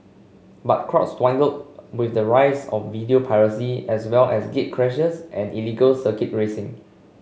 but crowds dwindled with the rise of video piracy as well as gatecrashers and illegal circuit racing